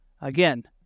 Again